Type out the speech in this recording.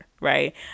right